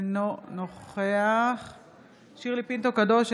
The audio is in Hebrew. אינו נוכח שירלי פינטו קדוש,